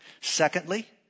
Secondly